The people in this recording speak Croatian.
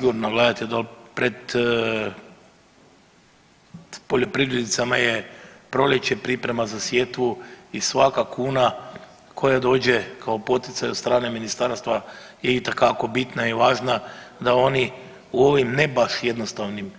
Pa sigurno gledajte pred poljoprivrednicima je proljeće, priprema za sjetvu i svaka kuna koja dođe kao poticaj od strane ministarstva je itekako bitna i važna da oni u ovim ne baš jednostavnim